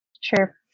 Sure